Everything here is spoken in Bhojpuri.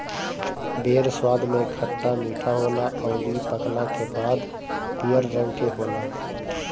बेर स्वाद में खट्टा मीठा होला अउरी पकला के बाद पियर रंग के होला